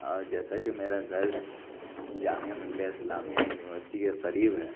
اور جیسا کہ میرا گھر جامعہ ملیہ اسلامیہ یونیورسٹی کے قریب ہے